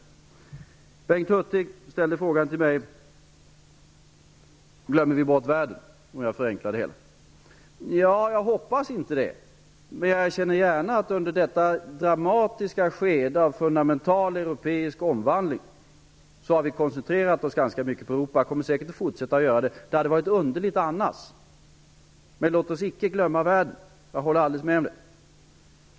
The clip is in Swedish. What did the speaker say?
Förenklat uttryckt ställde Bengt Hurtig mig frågan om vi glömmer bort världen. Jag hoppas inte det, men jag erkänner gärna att vi under detta dramatiska skede av fundamental europeisk omvandling har koncentrerat oss mycket på Europa och säkert kommer att fortsätta att göra det. Det hade varit underligt annars. Men låt oss icke glömma världen! Jag håller med Bengt Hurtig om det.